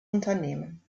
unternehmen